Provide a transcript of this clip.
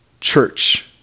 church